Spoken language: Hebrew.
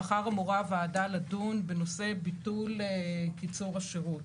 מחר אמורה הוועדה לדון בנושא ביטול קיצור השירות.